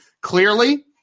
clearly